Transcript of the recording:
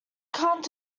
can’t